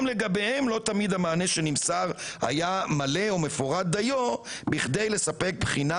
לגביהם לא תמיד המענה היה מלא ומפורט דיו כדי לספק בחינה